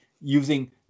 using